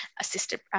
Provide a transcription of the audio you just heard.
assisted